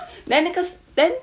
then then